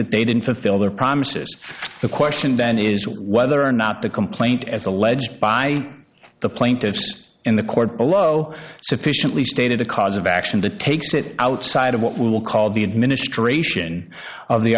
that they didn't fulfill their promises the question then is whether or not the complaint as alleged by the plaintiffs in the court below sufficiently stated a cause of action that takes it outside of what we will call the administration of the